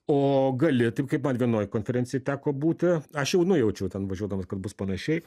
o gali taip kaip man vienoj konferencijoj teko būti aš jau nujaučiau ten važiuodamas kad bus panašiai